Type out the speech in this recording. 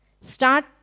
start